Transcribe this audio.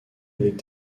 avec